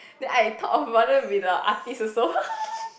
then I thought of wanna be the artist also